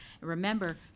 Remember